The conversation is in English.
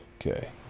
Okay